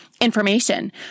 information